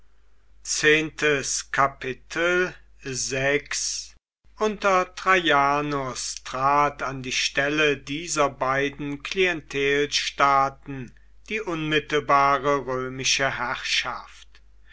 unter traianus trat an die stelle dieser beiden klientelstaaten die unmittelbare römische herrschaft